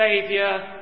saviour